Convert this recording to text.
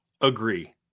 Agree